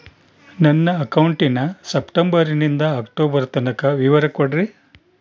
ನನ್ನ ಅಕೌಂಟಿನ ಸೆಪ್ಟೆಂಬರನಿಂದ ಅಕ್ಟೋಬರ್ ತನಕ ವಿವರ ಕೊಡ್ರಿ?